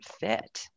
fit